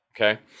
Okay